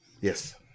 yes